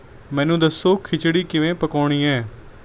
ਮੈਨੂੰ ਦੱਸੋ ਖਿਚੜੀ ਕਿਵੇਂ ਪਕਾਉਣੀ ਹੈ